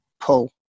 Pull